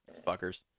fuckers